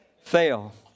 ...fail